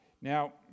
Now